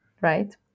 right